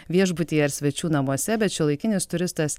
viešbutyje ar svečių namuose bet šiuolaikinis turistas